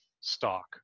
stock